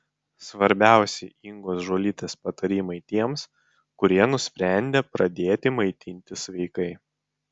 svarbiausi ingos žuolytės patarimai tiems kurie nusprendė pradėti maitintis sveikai